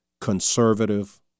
conservative